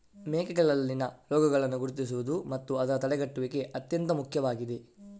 ಮೇಕೆಗಳಲ್ಲಿನ ರೋಗಗಳನ್ನು ಗುರುತಿಸುವುದು ಮತ್ತು ಅದರ ತಡೆಗಟ್ಟುವಿಕೆ ಅತ್ಯಂತ ಮುಖ್ಯವಾಗಿದೆ